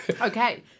Okay